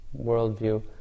worldview